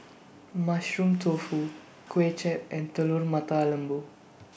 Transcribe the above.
Mushroom Tofu Kuay Chap and Telur Mata Lembu